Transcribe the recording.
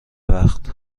وقت